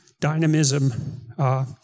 dynamism